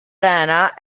arena